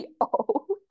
old